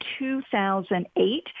2008